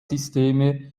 systeme